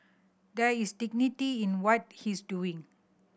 there is dignity in what he's doing